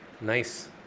nice